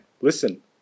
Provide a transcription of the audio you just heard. listen